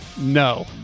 No